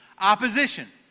opposition